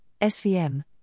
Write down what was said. SVM